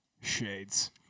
Shades